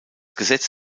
gesetz